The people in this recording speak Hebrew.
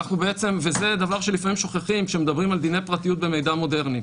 וזה דבר שלפעמים שוכחים כשמדברים על דיני פרטיות במידע מודרני.